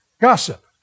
Gossip